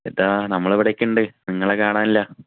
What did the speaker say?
ചേട്ടാ നമ്മൾ ഇവിടെയൊക്കെ ഉണ്ട് നിങ്ങളെ കാണാനില്ല